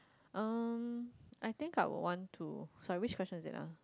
um I think out one to sorry which question is it ah